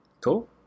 Cool